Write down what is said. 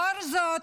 עקב זאת